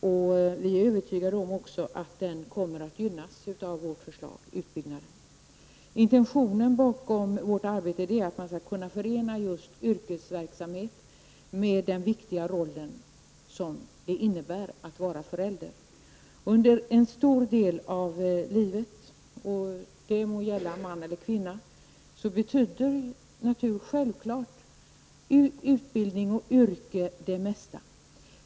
Vi är övertygade om att utbyggnaden kommer att gynnas av vårt förslag. Intentionen bakom vårt arbete är att man skall kunna förena yrkesverksamhet med den viktiga roll som det innebär att vara förälder. Under en stor del av livet, det må gälla man eller kvinna, betyder självfallet utbildning och yrke det mesta.